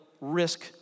risk